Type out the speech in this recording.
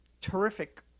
terrific